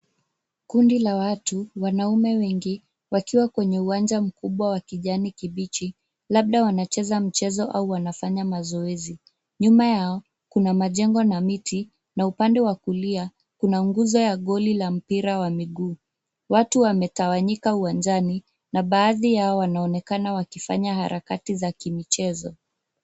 Kundi la watu wanaume wengi wakiwa kwenye uwanja mkubwa wa kijani kibichi labda wanacheza mchezo au wanafanya mazoezi . Nyuma yao kuna majengo na miti na upnde wa kulia kuna nguzo ya goli la miguu. Watu wametawanyika uwanjani na baadhi yao wanaonekana wakifanya harakati za kimechezo.